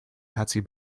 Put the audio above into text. patsy